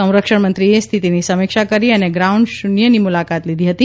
સંરક્ષણ મંત્રીએ સ્થિતિની સમિક્ષા કરી અને ગ્રાઉન્ડ શૂન્યની મુલાકાત લીધી હતી